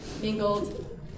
mingled